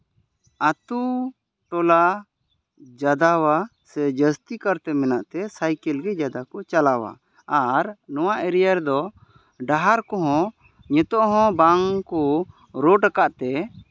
ᱟᱛᱳ ᱴᱚᱞᱟ ᱥᱮ ᱡᱟᱹᱥᱛᱤ ᱠᱟᱨᱛᱮ ᱢᱮᱱᱟᱜ ᱛᱮ ᱥᱟᱭᱠᱮᱞ ᱜᱮ ᱡᱟᱫᱟ ᱠᱚ ᱪᱟᱞᱟᱣᱟ ᱟᱨ ᱱᱚᱣᱟ ᱮᱨᱤᱭᱟ ᱨᱮ ᱫᱚ ᱰᱟᱦᱟᱨ ᱠᱚ ᱦᱚᱸ ᱱᱤᱛᱚᱜ ᱦᱚᱸ ᱵᱟᱝ ᱠᱚ ᱨᱳᱰ ᱠᱟᱜ ᱛᱮ